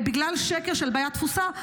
בגלל שקר של בעיית תפוסה.